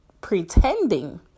pretending